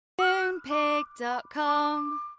Moonpig.com